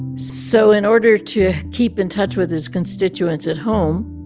so in order to keep in touch with his constituents at home,